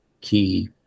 key